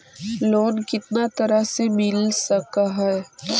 Loan कितना तरह से मिल सक है?